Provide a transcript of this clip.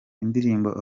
indirimbo